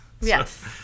yes